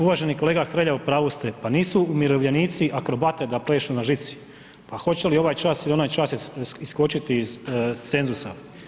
Uvaženi kolega Hrelja, u pravu ste, pa nisu umirovljenici akrobate da plešu na žici, pa hoće li ovaj čas ili onaj čas iskočiti iz cenzusa.